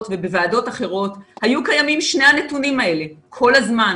ובוועדות אחרות היו קיימים שני הנתונים האלה כל הזמן,